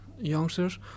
Youngsters